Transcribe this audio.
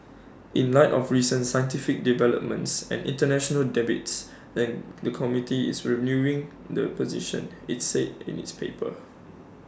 in light of recent scientific developments and International debates the new committee is reviewing the position its said in its paper